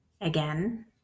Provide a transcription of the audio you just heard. Again